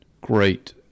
Great